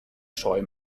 scheu